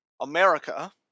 America